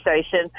Station